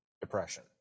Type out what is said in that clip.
depression